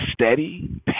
steady